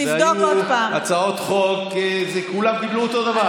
היו הצעות חוק וכולם קיבלו אותו הדבר.